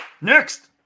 Next